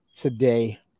today